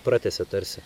pratęsia tarsi